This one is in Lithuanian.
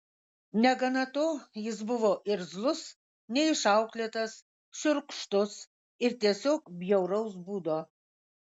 negana to jis buvo irzlus neišauklėtas šiurkštus ir tiesiog bjauraus būdo